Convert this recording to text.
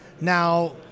Now